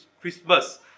Christmas